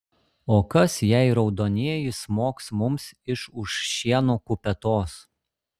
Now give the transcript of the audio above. o kas jei raudonieji smogs mums iš už šieno kupetos